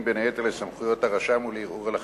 בין היתר לסמכויות הרשם ולערעור על החלטותיו.